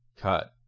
cut